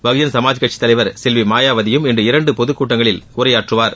பகுஜன் சமாஜ் கட்சி தலைவர் செல்வி மாயாவதியும் இன்று இரண்டு பொதுக்கூட்டங்களில் உரையாற்றுவார்